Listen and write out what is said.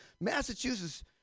Massachusetts